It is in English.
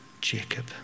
Jacob